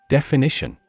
Definition